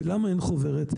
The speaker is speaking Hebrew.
ולמה אין חוברת?